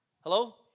Hello